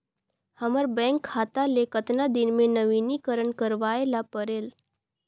हमर बैंक खाता ले कतना दिन मे नवीनीकरण करवाय ला परेल?